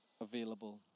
available